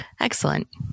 Excellent